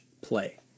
play